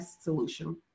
solution